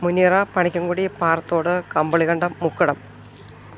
Muneera Panikkankudi Parathodu Kambilikandam Mukkadam